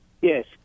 Yes